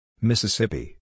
Mississippi